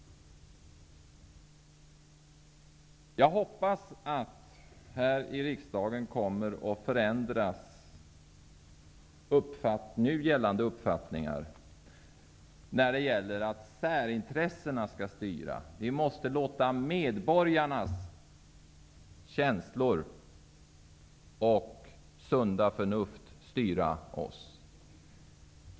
Jag hoppas att nu gällande uppfattningar här i riksdagen om att särintressena skall styra kommer att förändras. Vi måste låta medborgarnas känslor och sunda förnuft styra oss.